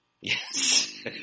Yes